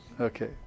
Okay